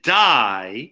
die